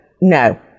no